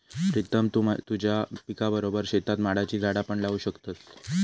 प्रीतम तु तुझ्या पिकाबरोबर शेतात माडाची झाडा पण लावू शकतस